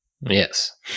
Yes